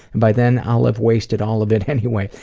by then, i'll have wasted all of it anyway.